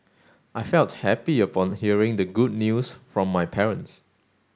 I felt happy upon hearing the good news from my parents